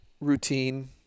routine